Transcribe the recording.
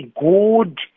good